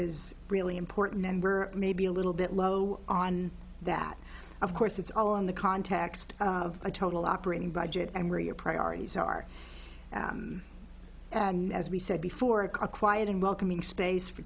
is really important and we're maybe a little bit low on that of course it's all in the context of a total operating budget and where your priorities are and as we said before a quiet and welcoming space for